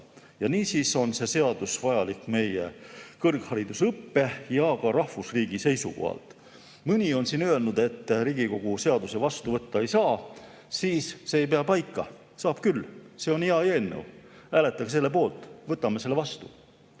Niisiis on see seadus vajalik meie kõrgharidusõppe ja ka rahvusriigi seisukohalt. Mõni on siin öelnud, et Riigikogu seda seadust vastu võtta ei saa. See ei pea paika, saab küll. See on hea eelnõu, hääletage selle poolt, võtame selle vastu!